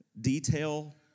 detail